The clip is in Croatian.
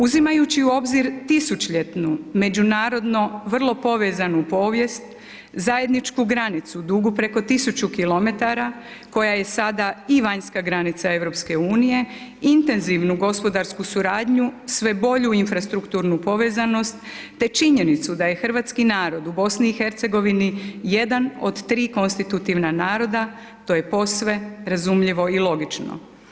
Uzimajući u obzir tisućljetnu međunarodno vrlo povezanu povijest, zajedničku granicu dugu preko 1000 km koja je sada i vanjska granica EU-a, intenzivnu gospodarsku suradnju, sve bolju infrastrukturnu povezanost te činjenicu da je hrvatski narod u BiH-u jedna od tri konstitutivna naroda, to je posve razumljivo i logično.